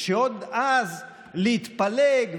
כשאז להתפלג,